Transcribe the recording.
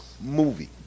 movie